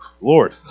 Lord